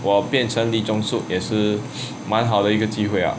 我变成 lee jong suk 也是满好的一个机会啊